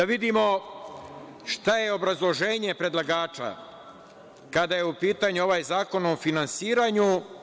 Da vidimo šta je obrazloženje predlagača, kada je u pitanju ovaj zakon o finansiranju.